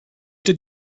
did